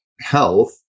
health